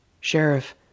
Sheriff